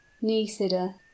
nisida